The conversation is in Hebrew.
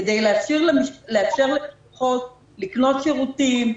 כדי לאפשר לפחות לקנות שירותים,